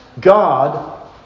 God